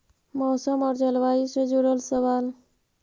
मौसम और जलवायु से जुड़ल सवाल?